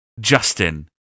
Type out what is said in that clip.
Justin